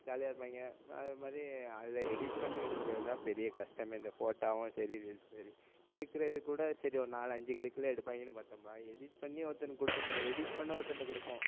ஜாலியாக இருப்பாங்க அது மாதிரி அதில் எடிட் பண்ணி கொடுக்கறது தான் பெரிய கஷ்டமே இந்த ஃபோட்டாவும் சரி ரீல்ஸும் சரி எடுக்கிறது கூட சரி ஒரு நாலஞ்சு க்ளிக்கில் எடுப்பாய்ங்கன்னு பார்த்தோம்னா எடிட் பண்ணி ஒருத்தனுக்கு கொடுப்போம் பாருங்கள் எடிட் பண்ண ஒருத்தன்ட்ட கொடுப்போம்